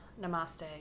Namaste